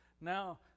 Now